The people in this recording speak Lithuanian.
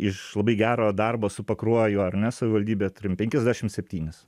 iš labai gero darbo su pakruoju ar ne savivaldybė turim penkiasdešim septynis